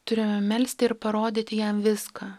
turime melsti ir parodyti jam viską